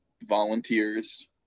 volunteers